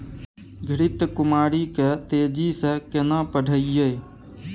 घृत कुमारी के तेजी से केना बढईये?